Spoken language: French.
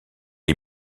est